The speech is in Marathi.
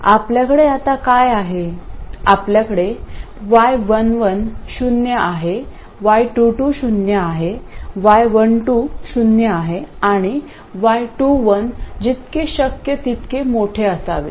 आपल्याकडे आता काय आहे आपल्याकडे y11 शून्य आहे y22 शून्य आहे y12 शून्य आहे आणि y21 जितके शक्य तितके मोठे असावेत